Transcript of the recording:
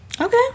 Okay